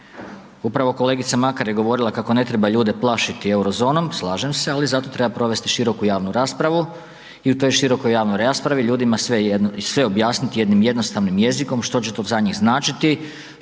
Upravo kolegica Makar je govorila kako ne treba ljude plašiti euro zonom, slažem se, ali zato treba provesti široku javnu raspravu i u toj širokoj javnoj raspravi ljudima sve objasniti jednim jednostavnim jezikom, što će to za njih značiti,